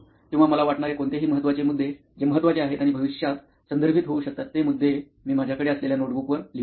किंवा मला वाटणारे कोणतेही महत्त्वाचे मुद्दे जे महत्त्वाचे आहेत आणि भविष्यात संदर्भित होऊ शकतात ते मुद्दे मी माझ्याकडे असलेल्या नोटबुकवर लिहितो